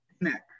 next